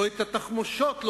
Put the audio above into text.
או לא תהיה תחמושת,